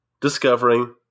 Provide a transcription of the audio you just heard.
discovering